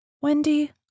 Wendy